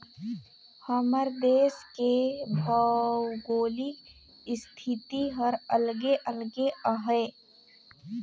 हमर देस के भउगोलिक इस्थिति हर अलगे अलगे अहे